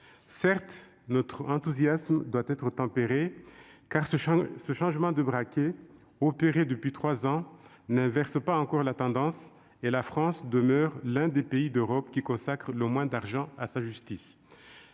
Certes, notre enthousiasme doit être tempéré, car ce changement de braquet, opéré depuis trois ans, n'inverse pas encore la tendance. La France demeure l'un des pays d'Europe qui consacre le moins d'argent à sa justice.